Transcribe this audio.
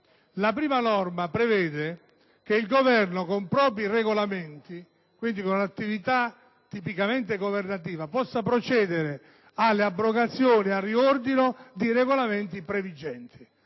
la prima prevede che il Governo, con propri Regolamenti, quindi con attività tipicamente governativa, possa procedere alle abrogazioni e al riordino di regolamenti previgenti.